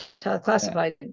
classified